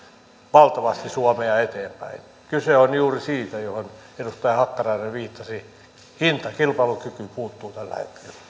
valtavasti suomea eteenpäin kyse on juuri siitä mihin edustaja hakkarainen viittasi hintakilpailukyky puuttuu tällä